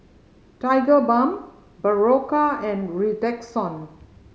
Tigerbalm Berocca and Redoxon